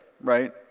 right